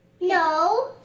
No